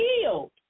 healed